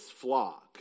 flock